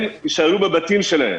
הם יישארו בבתים שלהם.